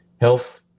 health